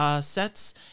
sets